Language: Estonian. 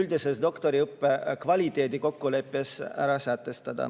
üldises doktoriõppe kvaliteedikokkuleppes ära sätestada.